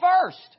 first